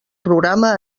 programa